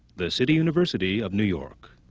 the city university of new york.